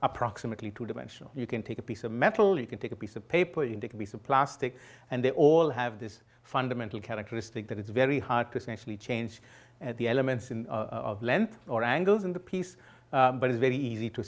approximately two dimensional you can take a piece of metal you can take a piece of paper indicates a plastic and they all have this fundamental characteristic that it's very hard to actually change the elements in length or angles in the piece but it's very easy to